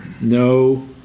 no